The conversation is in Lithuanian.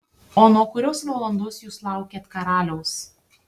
o nuo kurios valandos jūs laukėt karaliaus